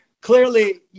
clearly